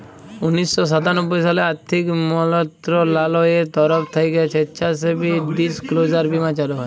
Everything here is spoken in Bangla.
উনিশ শ সাতানব্বই সালে আথ্থিক মলত্রলালয়ের তরফ থ্যাইকে স্বেচ্ছাসেবী ডিসক্লোজার বীমা চালু হয়